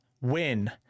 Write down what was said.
win